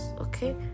okay